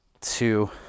two